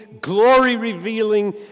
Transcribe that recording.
glory-revealing